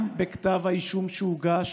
גם בכתב האישום שהוגש